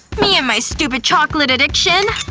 me and my stupid chocolate addiction.